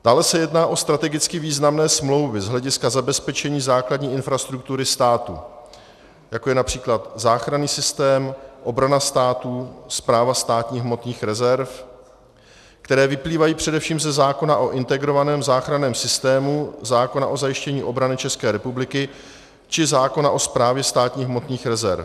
Dále se jedná o strategicky významné smlouvy z hlediska zabezpečení základní infrastruktury státu, jako je například záchranný systém, obrana státu, Správa státních hmotných rezerv, které vyplývají především ze zákona o integrovaném záchranném systému, zákona o zajištění obrany České republiky či zákona o Správě státních hmotných rezerv.